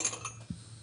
הצבעה אושר.